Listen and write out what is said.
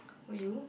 will you